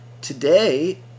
today